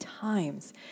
times